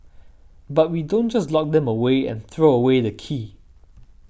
but we don't just lock them away and throw away the key